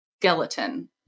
skeleton